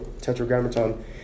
tetragrammaton